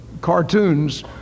cartoons